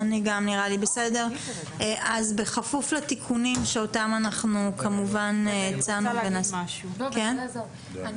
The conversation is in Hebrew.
אז בכפוף לתיקונים -- אני רוצה לומר עוד משהו: אני